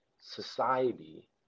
society